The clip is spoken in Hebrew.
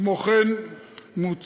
כמו כן מוצע,